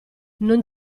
non